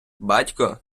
батько